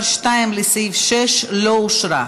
לסעיף 6, לא אושרה.